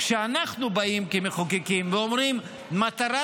כשאנחנו באים כמחוקקים ואומרים: מטרת